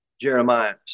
Jeremiah